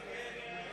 לגמרי,